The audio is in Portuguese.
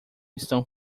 estão